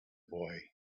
boy